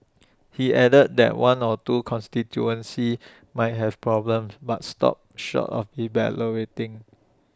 he added that one or two constituencies might have problems but stopped short of elaborating